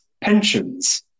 pensions